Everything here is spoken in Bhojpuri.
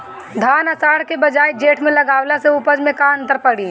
धान आषाढ़ के बजाय जेठ में लगावले से उपज में का अन्तर पड़ी?